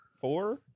four